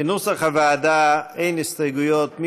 כנוסח הוועדה, אין הסתייגויות.